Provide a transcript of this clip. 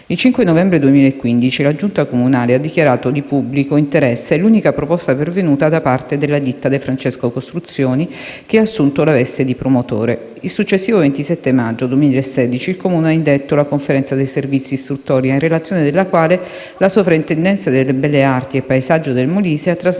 Il 5 novembre 2015, la Giunta comunale ha dichiarato di pubblico interesse l'unica proposta pervenuta da parte della ditta De Francesco costruzioni, che ha cassunto la veste di promotore. Il successivo 27 maggio 2016 il Comune ha indetto la conferenza di servizi istruttoria, in relazione alla quale la Soprintendenza archeologica, belle arti e paesaggio del Molise ha trasmesso,